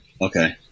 Okay